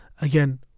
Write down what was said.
Again